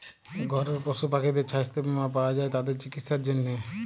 ঘরের পশু পাখিদের ছাস্থ বীমা পাওয়া যায় তাদের চিকিসার জনহে